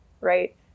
right